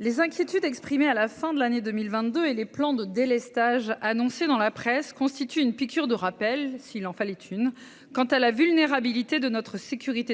les inquiétudes exprimées à la fin de l'année 2022 et les plans de délestage annoncés dans la presse constituent une piqûre de rappel- s'il en fallait une ! -quant à la vulnérabilité de notre